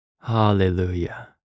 Hallelujah